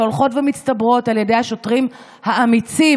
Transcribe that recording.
שהולכות ומצטברות על ידי השוטרים האמיצים,